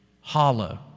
hollow